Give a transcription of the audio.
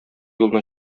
юлына